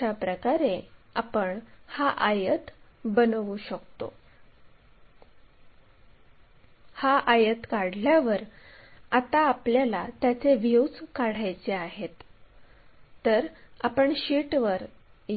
त्याचप्रमाणे या बिंदूला q असे म्हणू आणि